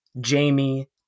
Jamie